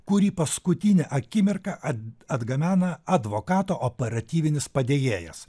kurį paskutinę akimirką at atgabena advokato operatyvinis padėjėjas